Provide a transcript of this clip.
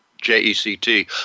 J-E-C-T